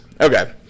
Okay